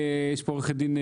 יש פה עורכי דין,